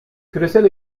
küresel